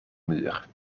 muur